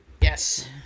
Yes